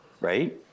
right